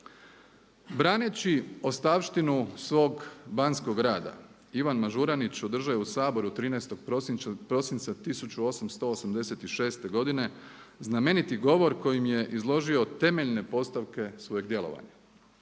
Braneći ostavštinu svog banskog rada Ivan Mažuranić održao je u Saboru 13. prosinca 1886. godine znameniti govor kojim je izložio temeljne postavke svojeg djelovanja.